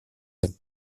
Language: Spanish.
del